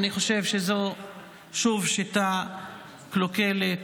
אני חושב שזאת שוב שיטה קלוקלת,